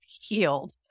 healed